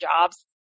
jobs